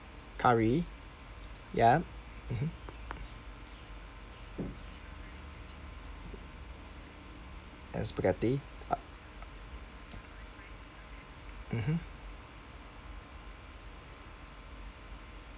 curry yup mmhmm and spaghetti uh mmhmm